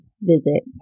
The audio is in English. visit